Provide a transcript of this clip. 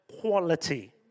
quality